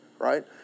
right